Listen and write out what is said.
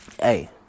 Hey